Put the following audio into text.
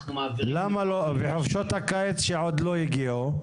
אנחנו מעבירים --- וחופשות הקיץ שעוד לא הגיעו?